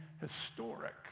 historic